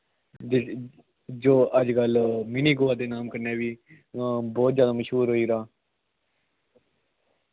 जी जी जो अजकल्ल मिनी गोआ दे नांऽ कन्नै बी बौह्त जैदा मश्हूर होई गेदा